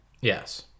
yes